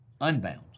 unbound